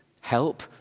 help